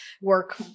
work